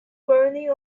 burning